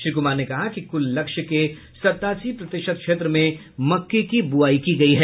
श्री कुमार ने कहा कि कुल लक्ष्य के सतासी प्रतिशत क्षेत्र में मक्के की बुआई की गयी है